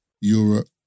Europe